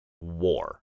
war